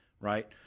right